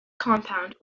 compound